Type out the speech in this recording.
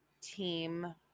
team